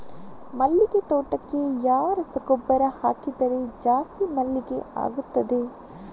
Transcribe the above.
ಮಲ್ಲಿಗೆ ತೋಟಕ್ಕೆ ಯಾವ ರಸಗೊಬ್ಬರ ಹಾಕಿದರೆ ಜಾಸ್ತಿ ಮಲ್ಲಿಗೆ ಆಗುತ್ತದೆ?